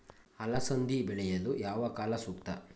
ಅಲಸಂದಿ ಬೆಳೆಯಲು ಯಾವ ಕಾಲ ಸೂಕ್ತ?